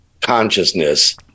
consciousness